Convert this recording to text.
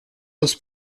aus